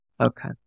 Okay